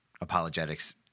apologetics